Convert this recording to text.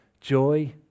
joy